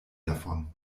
davon